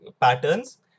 patterns